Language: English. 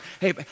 Hey